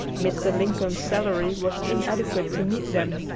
mr. lincoln's salary was inadequate to meet them,